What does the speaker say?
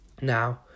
Now